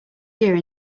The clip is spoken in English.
here